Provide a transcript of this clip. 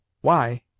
Why